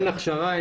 אין תקופת אכשרה.